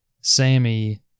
Sammy